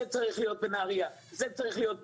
זה צריך להיות בנהריה, זה צריך להיות בזיו,